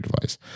device